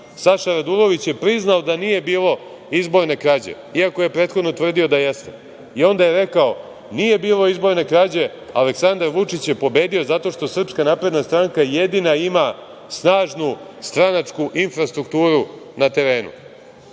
Saša Radulović je priznao da nije bilo izborne krađe iako je prethodno tvrdio da jeste i onda je rekao da nije bilo izborne krađe, Aleksandar Vučić je pobedio zato što SNS jedina ima snažnu stranačku infrastrukturu na terenu,